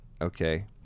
okay